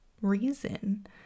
reason